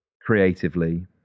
creatively